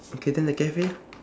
okay then the cafe